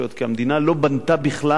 כי המדינה לא בנתה בכלל,